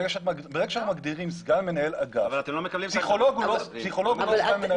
ברגע שאנחנו מגדירים סגן מנהל אגף פסיכולוג הוא לא סגן מנהל אגף.